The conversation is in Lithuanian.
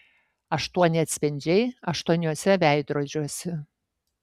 aštuoni atspindžiai aštuoniuose veidrodžiuose